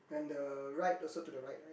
and the right also to the right right